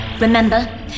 Remember